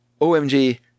OMG